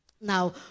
Now